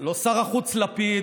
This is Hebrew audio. לא שר החוץ לפיד,